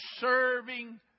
serving